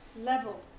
level